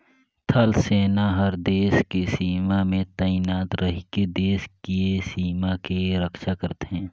थल सेना हर देस के सीमा में तइनात रहिके देस के सीमा के रक्छा करथे